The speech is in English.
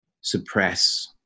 suppress